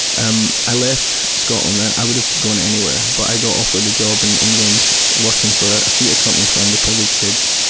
um i left scotland. i would have gone anywhere, but i got offered a job in england, working for a theatre company for under privileged kids.